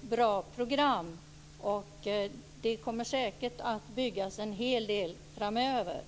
bra program för detta, och det kommer säkert att byggas en hel del framöver.